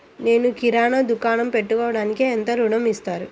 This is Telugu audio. నేను కిరాణా దుకాణం పెట్టుకోడానికి ఎంత ఋణం ఇస్తారు?